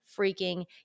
freaking